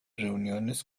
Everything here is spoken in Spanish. reuniones